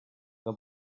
the